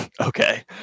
Okay